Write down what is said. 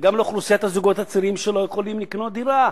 וגם לאוכלוסיית הזוגות הצעירים שלא יכולים לקנות דירה.